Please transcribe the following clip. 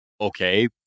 okay